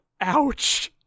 Ouch